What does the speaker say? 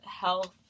health